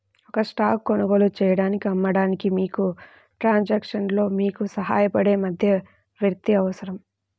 ఒక స్టాక్ కొనుగోలు చేయడానికి, అమ్మడానికి, మీకు ట్రాన్సాక్షన్లో మీకు సహాయపడే మధ్యవర్తి అవసరం